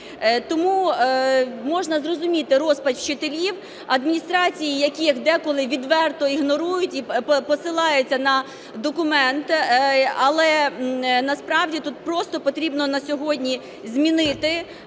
Тому можна зрозуміти розпач вчителів, адміністрації, яких деколи відверто ігнорують і посилаються на документи. Але насправді тут просто потрібно на сьогодні змінити.